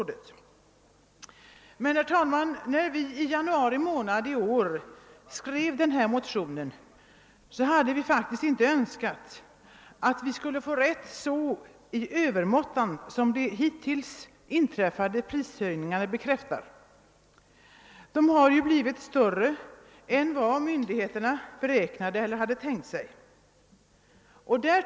När vi skrev våra motioner i januari månad i år önskade vi emellertid inte att få så rätt som vi fått genom de till dags dato inträffade prishöjningarna. Dessa har blivit större än vad myndigheterna räknade med elier hade kunnat tänka sig.